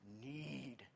need